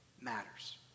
matters